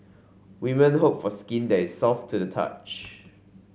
women hope for skin that soft to the touch